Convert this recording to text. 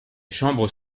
chambres